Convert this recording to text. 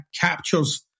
captures